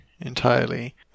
entirely